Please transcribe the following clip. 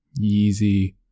Yeezy